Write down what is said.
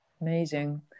Amazing